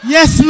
Yes